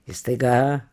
ir staiga